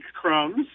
crumbs